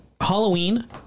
Halloween